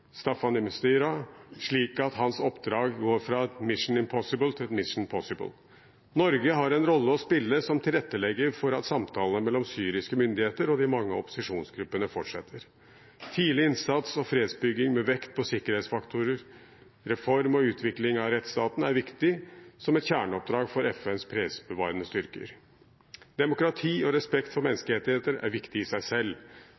Staffan di Mistura, slik at hans oppdrag går fra et «mission impossible» til et «mission possible». Norge har en rolle å spille som tilrettelegger for at samtalene mellom syriske myndigheter og de mange opposisjonsgruppene fortsetter. Tidlig innsats og fredsbygging med vekt på sikkerhetsfaktorer, reform og utvikling av rettsstaten er viktig som et kjerneoppdrag for FNs fredsbevarende styrker. Demokrati og respekt for menneskerettigheter er viktig i seg selv.